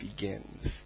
begins